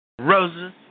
Roses